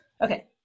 Okay